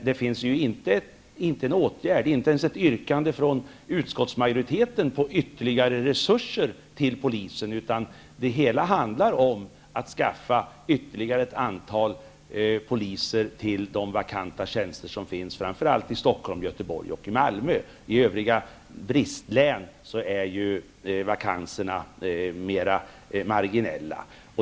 Det finns inte ens ett yrkande från utskottsmajoriteten på någon åtgärd eller på ytterligare resurser till polisen. Det hela handlar om att skaffa fram poliser till de vakanta tjänster som finns, framför allt i Stockholm, Göteborg och Malmö. I övriga bristlän är ju vakanserna mer marginella.